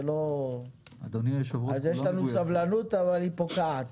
זה לא, יש לנו סבלנות אבל היא פוקעת.